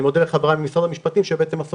אני מודה לחבריי ממשרד המשפטים שעשו